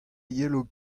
yelo